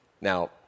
Now